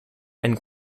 and